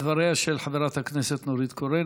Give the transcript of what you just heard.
לדבריה של חברת הכנסת נורית קורן.